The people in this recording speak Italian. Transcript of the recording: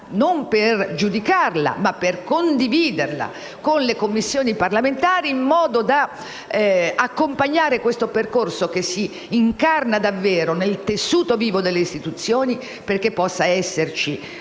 non per giudicarla, ma per condividerla con le Commissioni parlamentari, in modo da accompagnare questo percorso che si incarna davvero nel tessuto vivo delle istituzioni, perché possa esserci una